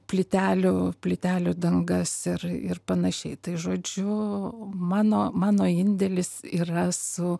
plytelių plytelių dangas ir ir panašiai tai žodžiu mano mano indėlis yra su